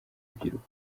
rubyiruko